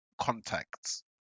contacts